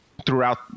throughout